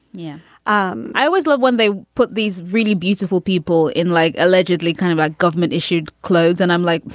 yeah um i always love when they put these really beautiful people in like allegedly kind of a government issued clothes. and i'm like,